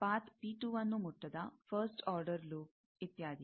ಎಂದರೆ ಪಾತ್ ಪಿ2ನ್ನು ಮುಟ್ಟದ ಫಸ್ಟ್ ಆರ್ಡರ್ ಲೂಪ್ ಇತ್ಯಾದಿ